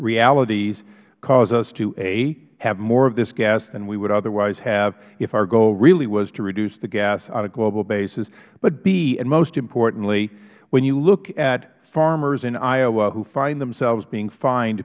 realities cause us to a have more of this gas than we would otherwise have if our goal really was to reduce the gas on a global basis but b and most importantly when you look at farmers in iowa who find themselves being fined